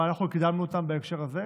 אבל אנחנו קידמנו אותן בהקשר הזה.